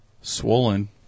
Swollen